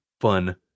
fun